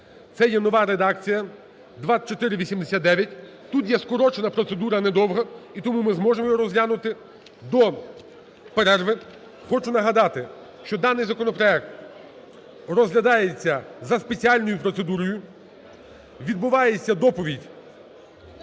це є нова редакція (2489). Тут є скорочена процедура недовга. І тому ми зможемо його розглянути до перерви. Хочу нагадати, що даний законопроект розглядається за спеціальною процедурою, відбувається доповідь...